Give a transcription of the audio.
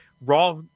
Raw